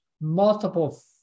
multiple